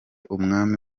umwami